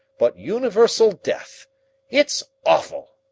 but universal death it's awful!